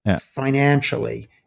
financially